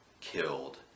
killed